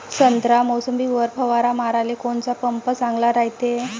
संत्रा, मोसंबीवर फवारा माराले कोनचा पंप चांगला रायते?